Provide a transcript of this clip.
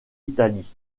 italie